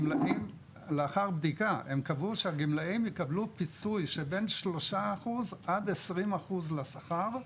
לאחר בדיקה הם קבעו שהגמלאים יקבלו פיצוי של בין 3% ועד 20% לשכר,